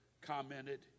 commented